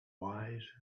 wise